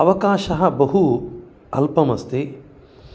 अवकाशः बहु अल्पम् अस्ति